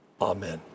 Amen